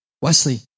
Wesley